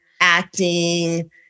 acting